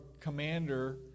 commander